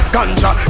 Ganja